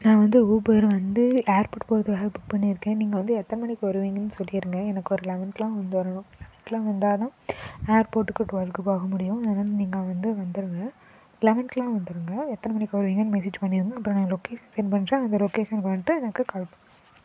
நான் வந்து ஊபர் வந்து ஏர்போர்ட் போகிறத்துக்காக புக் பண்ணியிருக்கேன் நீங்கள் வந்து எத்தனை மணிக்கு வருவீங்கன்னு சொல்லிடுங்க எனக்கு ஒரு லெவன்க்கெல்லாம் வந்துடணும் லெவன்க்கெல்லாம் வந்தால்தான் ஏர்போர்ட்டுக்கு போகிறதுக்கு போக முடியும் அதனால் நீங்கள் வந்து வந்துடுங்க லெவன்க்கெல்லாம் வந்துடுங்க எத்தனை மணிக்கு வருவீங்கன்னு மெசேஜ் பண்ணிடுங்க அப்பறம் என் லொக்கேசன் சென்ட் பண்றேன் அந்த லொக்கேசனுக்கு வந்துட்டு எனக்கு கால் பண்ணுங்கள்